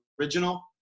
original